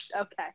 Okay